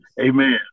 Amen